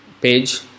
Page